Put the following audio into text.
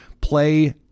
Play